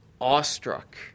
awestruck